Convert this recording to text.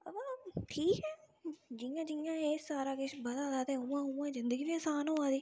हां वा ठीक ऐ जि'यां जि'यां एह् सारा किश बधा दा ते उ'आं उ'आं जिंदगी बी आसान होआ दी